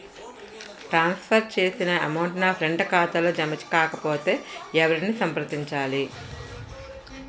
ట్రాన్స్ for చేసిన amount నా friend ఖాతాలో జమ కాకపొతే ఎవరిని సంప్రదించాలి?